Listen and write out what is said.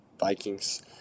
Vikings